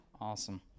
Awesome